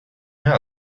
mehr